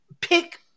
pick